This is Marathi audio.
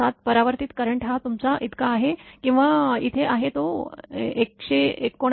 ७ परावर्तित करंट हा तुमचा इतका किंवा इथे आहे तो १७९